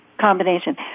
combination